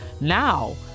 Now